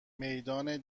میدان